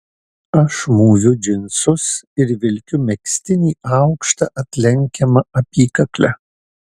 aš mūviu džinsus ir vilkiu megztinį aukšta atlenkiama apykakle